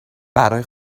برای